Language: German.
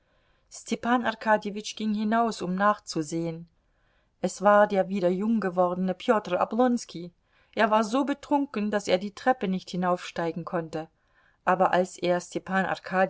ging hinaus um nachzusehen es war der wieder jung gewordene peter oblonski er war so betrunken daß er die treppe nicht hinaufsteigen konnte aber als er